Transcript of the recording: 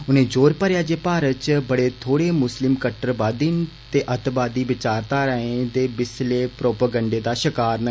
उनें जोर भरेआ जे भारत च बड़े थोड़े मुस्लिम कट्टरवादी ते अतवादी विचारधाराएं दे विसले प्रौपोगंडे दे षकार न